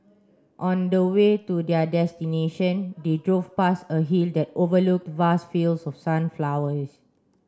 on the way to their destination they drove past a hill that overlook vast fields of sunflowers